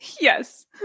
Yes